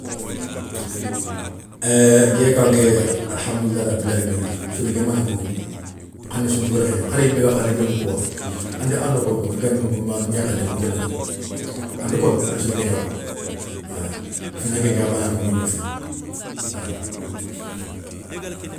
nké kan ké alhamdoulilahi rabi alamina soninké nbana nkoŋini no, khané sounta wolikhi néye, kharibéga khané ké moukouwa, ana koŋo ko da kenta moukou, gnakhé nta moukou lémé nta moukou, anta kono dé ana soninké gna kono, wala fina nkénké a bana nkoŋini no fina wala.